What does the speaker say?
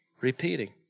repeating